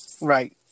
Right